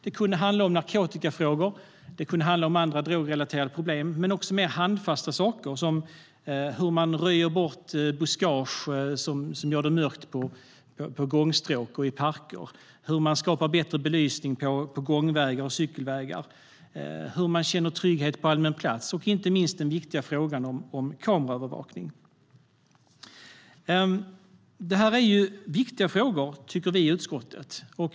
Det kunde handla om narkotikafrågor och andra drogrelaterade problem men också om mer handfasta saker som att röja bort buskage som gör det mörkt på gångstråk och i parker, att skapa bättre belysning längs gång och cykelvägar och att skapa trygghet på allmän plats samt inte minst den viktiga frågan om kameraövervakning. Det här är viktiga frågor, tycker vi i utskottet.